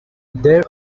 there